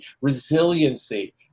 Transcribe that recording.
resiliency